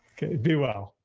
be well,